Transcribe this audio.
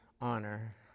honor